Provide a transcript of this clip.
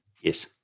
Yes